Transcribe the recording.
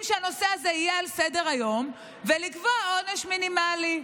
שהנושא הזה יהיה על סדר-היום ולקבוע עונש מינימלי.